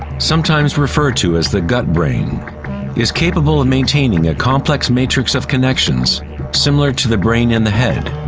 sometimes referred to as the gut brain is capable of maintaining a complex matrix of connections similar to the brain in the head,